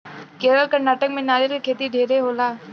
केरल, कर्नाटक में नारियल के खेती ढेरे होला